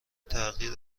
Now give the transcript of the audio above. تغییر